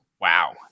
Wow